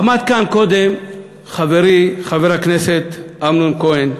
עמד כאן קודם חברי חבר הכנסת אמנון כהן,